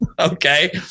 okay